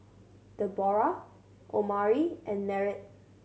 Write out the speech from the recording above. Deborrah Omari and Merritt